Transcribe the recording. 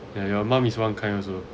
and your mum is [one] kind also